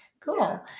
cool